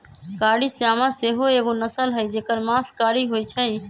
कारी श्यामा सेहो एगो नस्ल हई जेकर मास कारी होइ छइ